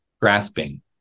grasping